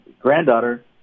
granddaughter